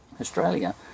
Australia